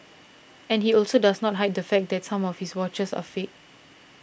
and he also does not hide the fact that some of his watches are fakes